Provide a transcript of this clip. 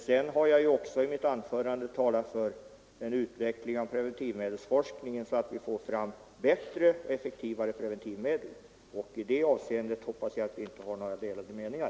Jag har också i mitt anförande talat för en utveckling av preventivmedelsforskningen, så att vi får fram bättre och effektivare preventivmedel, och i det avseendet hoppas jag att vi inte har några delade meningar.